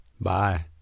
Bye